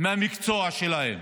מהמקצוע שלהם,